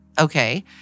Okay